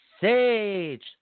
Sage